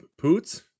Poots